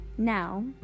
Now